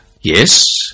Yes